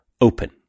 open